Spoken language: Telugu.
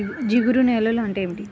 జిగురు నేలలు అంటే ఏమిటీ?